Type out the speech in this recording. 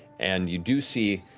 and you do see,